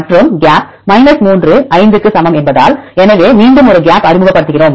மற்றும் கேப் 3 5 க்கு சமம் என்பதால் எனவே மீண்டும் ஒரு கேப் அறிமுகப்படுத்துகிறோம்